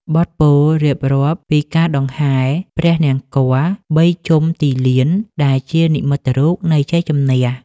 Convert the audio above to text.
បទពោលរៀបរាប់ពីការដង្ហែព្រះនង្គ័លបីជុំទីលាន ដែលជានិមិត្តរូបនៃជ័យជំនះ។